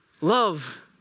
Love